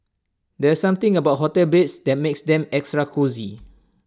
there's something about hotel beds that makes them extra cosy